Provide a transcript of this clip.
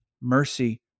Mercy